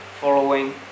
following